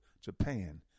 Japan